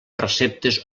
receptes